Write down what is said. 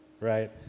right